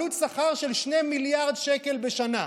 עלות שכר של 2 מיליארד שקל בשנה.